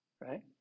right